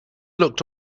looked